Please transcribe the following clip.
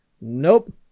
Nope